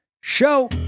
show